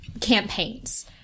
campaigns